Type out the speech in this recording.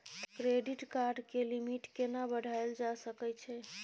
Credit card के limit केना बढायल जा सकै छै?